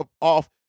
off